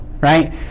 right